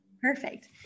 Perfect